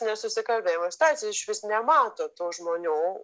nesusikalbėjimo situacijoj išvis nemato tų žmonių